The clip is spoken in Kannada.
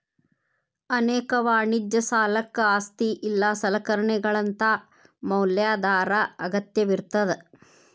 ಅನೇಕ ವಾಣಿಜ್ಯ ಸಾಲಕ್ಕ ಆಸ್ತಿ ಇಲ್ಲಾ ಸಲಕರಣೆಗಳಂತಾ ಮ್ಯಾಲಾಧಾರ ಅಗತ್ಯವಿರ್ತದ